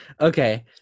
okay